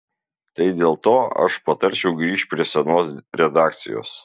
tai dėl to aš patarčiau grįžt prie senos redakcijos